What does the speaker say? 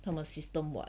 他们 system [what]